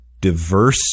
diverse